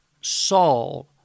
Saul